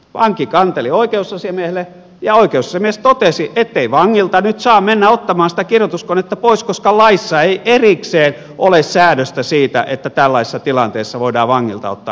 vanki kanteli oikeusasiamiehelle ja oikeusasiamies totesi ettei vangilta nyt saa mennä ottamaan sitä kirjoituskonetta pois koska laissa ei erikseen ole säädöstä siitä että tällaisessa tilanteessa voidaan vangilta ottaa kirjoituskone pois